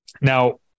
now